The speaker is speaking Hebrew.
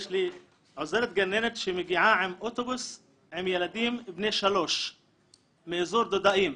יש לי עוזרת גננת שמגיעה באוטובוס עם ילדים בני שלוש מאזור דודאים.